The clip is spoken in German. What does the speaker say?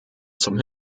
zum